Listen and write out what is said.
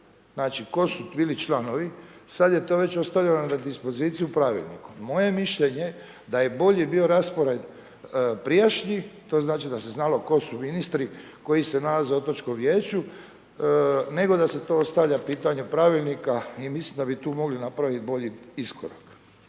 znači tko su bili članovi, sad je to već ostavljeno na dispoziciji pravilniku. Moje mišljenje da je bolji bio raspored prijašnjih, to znači da se znalo tko su ministri koji se nalaze u otočkom vijeću nego da se to ostavlja pitanje pravilnika i mislim da bu mogli napraviti bolji iskorak.